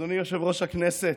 אדוני יושב-ראש הכנסת,